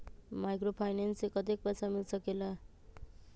Microfinance से कतेक पैसा मिल सकले ला?